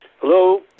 hello